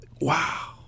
Wow